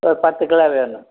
ஒரு பத்து கிலோ வேணும்